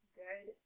good